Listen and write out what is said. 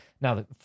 now